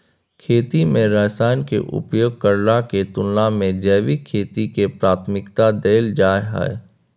खेती में रसायन के उपयोग करला के तुलना में जैविक खेती के प्राथमिकता दैल जाय हय